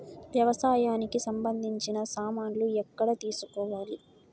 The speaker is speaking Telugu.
వ్యవసాయానికి సంబంధించిన సామాన్లు ఎక్కడ తీసుకోవాలి?